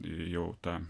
jau ta